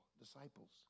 disciples